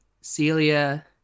Celia